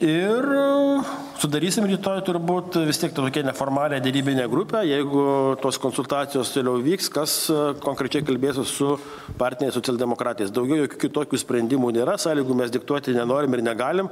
ir sudarysim rytoj turbūt vis tiek tokią neformalią derybinę grupę jeigu tos konsultacijos toliau vyks kas konkrečiai kalbėtų su partneriais socialdemokratais daugiau jokių kitokių sprendimų nėra sąlygų mes diktuoti nenorim ir negalim